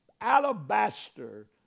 alabaster